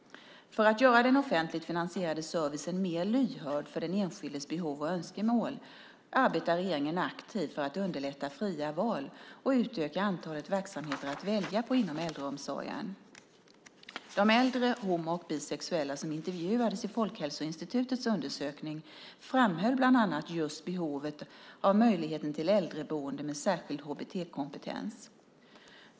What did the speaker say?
För att göra den offentligt finansierade servicen mer lyhörd för den enskildes behov och önskemål arbetar regeringen aktivt för att underlätta fria val och utöka antalet verksamheter att välja på inom äldreomsorgen. De äldre homo och bisexuella som intervjuades i Folkhälsoinstitutets undersökning framhöll bland annat just behovet av möjligheten till äldreboende med särskild HBT-kompetens.